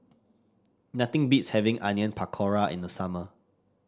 nothing beats having Onion Pakora in the summer